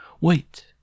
Wait